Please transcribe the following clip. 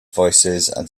voicesand